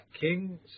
King's